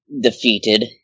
defeated